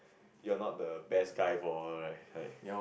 you are not the best guy for her right